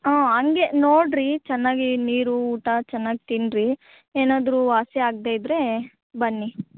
ಹಾಂ ಹಂಗೆ ನೋಡಿರಿ ಚೆನ್ನಾಗಿ ನೀರು ಊಟ ಚೆನ್ನಾಗಿ ತಿನ್ರಿ ಏನಾದ್ರೂ ವಾಸಿ ಆಗದೆ ಇದ್ದರೆ ಬನ್ನಿ